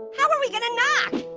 how are we gonna knock?